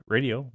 Radio